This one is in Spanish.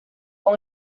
con